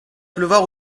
pleuvoir